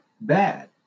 bad